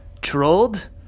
trolled